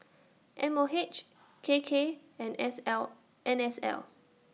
M O H K K and S L N S L